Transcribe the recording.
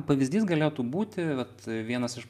pavyzdys galėtų būti vat vienas iš